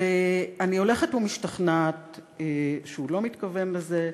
ואני הולכת ומשתכנעת שהוא לא מתכוון לזה,